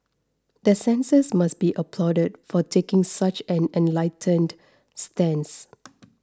the censors must be applauded for taking such an enlightened stance